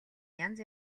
янз